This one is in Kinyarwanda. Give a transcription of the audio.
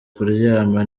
kuryama